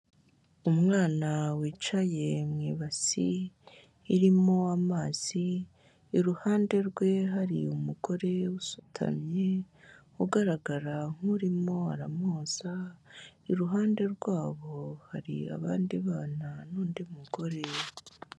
Umwana wicaye mu ibasi irimo amazi, iruhande rwe hari umugore usutamye ugaragara nk'urimo aramuhoza. Iruhande rwabo hari abandi bana n'undi mugore.